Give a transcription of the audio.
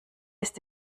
ist